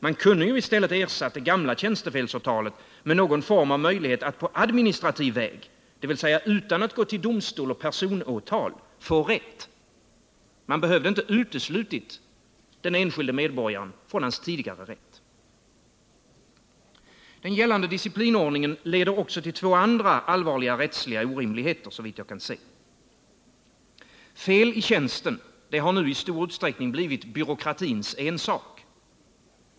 Man kunde ju i stället ha ersatt det gamla tjänstefelsåtalet med någon form av möjlighet att på administrativ väg, dvs. utan att gå till domstol och personåtal, få rätt. Man behövde inte ha uteslutit den enskilde medborgaren från hans tidigare rätt. Den gällande disciplinordningen leder också till två andra allvarliga rättsliga orimligheter, såvitt jag kan se. Fel i tjänsten har nu i stor utsträckning blivit byråkratins ensak.